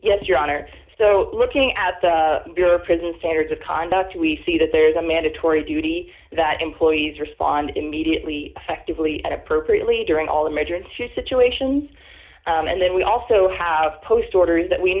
yes your honor so looking at the prison standards of conduct we see that there is a mandatory duty that employees d respond immediately effectively and appropriately during all the major into situations and then we also have post orders that we